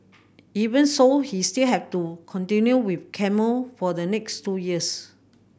even so he still has to continue with chemo for the next two years